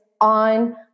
on